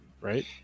Right